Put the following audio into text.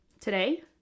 Today